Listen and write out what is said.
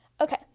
Okay